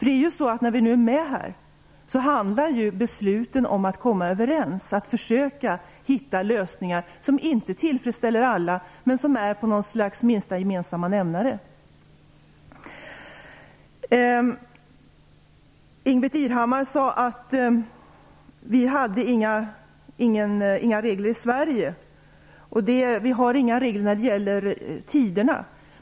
Det handlar ju om att komma överens och försöka hitta lösningar som kanske inte tillfredsställer alla men där vi har en minsta gemensam nämnare. Ingbritt Irhammar sade att vi inte hade några regler i Sverige. Vi har inga regler när det gäller tiderna.